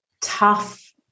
tough